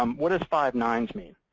um what does five nines mean?